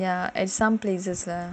ya at some places lah